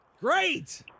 Great